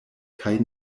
kaj